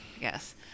yes